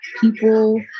people